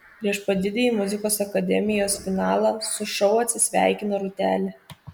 prieš pat didįjį muzikos akademijos finalą su šou atsisveikino rūtelė